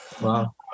Wow